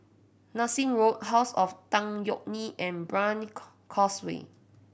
Nassim Road House of Tan Yeok Nee and Brani Causeway